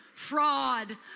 Fraud